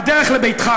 בדרך לביתך,